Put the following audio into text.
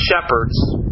shepherds